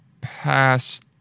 past